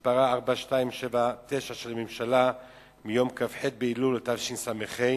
שמספרה 4279 של הממשלה מיום כ"ח באלול התשס"ה,